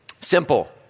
Simple